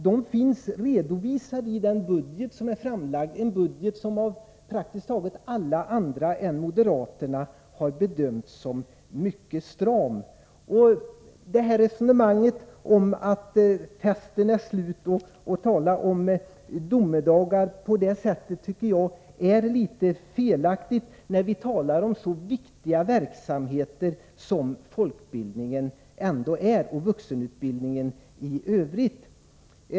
De finns redovisade i den budget som är framlagd, en budget som av praktiskt taget alla andra än moderaterna har bedömts som mycket stram. Resonemanget om att festen är slut och talet om domedagar är litet felaktigt, när vi talar om så viktiga verksamheter som folkbildning och vuxenutbildning i övrigt.